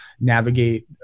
navigate